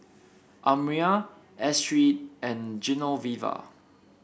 Almyra Astrid and Genoveva